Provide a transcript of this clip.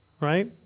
right